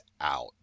out